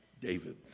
David